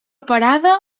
parada